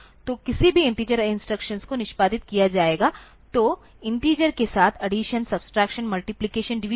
तो किसी भी इन्टिजर इंस्ट्रक्शंस को निष्पादित किया जाएगा तो इन्टिजर के साथ अड्डीसन सब्स्ट्रक्शन मल्टिप्लिकेशन डिवीज़न